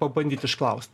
pabandyt išklaust